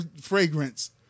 fragrance